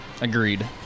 Agreed